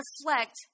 reflect